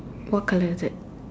what colour is it